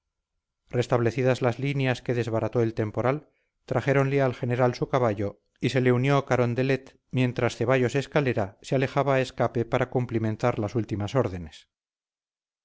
restablecidas las líneas que desbarató el temporal trajéronle al general su caballo y se le unió carondelet mientras ceballos escalera se alejaba a escape para cumplimentar las últimas órdenes